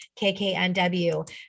KKNW